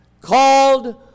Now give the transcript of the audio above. called